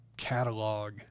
Catalog